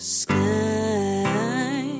sky